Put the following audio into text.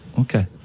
Okay